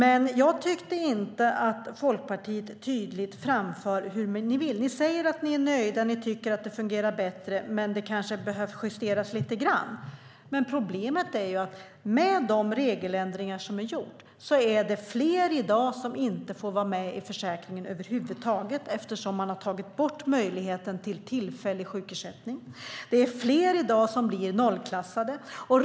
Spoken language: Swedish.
Jag tycker inte att Folkpartiet tydligt framför vad ni vill. Ni säger att ni är nöjda och att ni tycker att det fungerar bättre, men att det kan behövas en liten justering. Problemet är att med redan gjorda regeländringar är det fler i dag som inte får vara med i försäkringen över huvud taget eftersom möjligheten till tillfällig sjukersättning har tagits bort. Det är fler i dag som blir nollklassade.